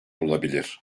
olabilir